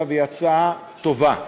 הצעה טובה,